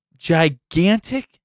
gigantic